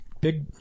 big